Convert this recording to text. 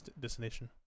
destination